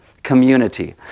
community